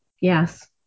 Yes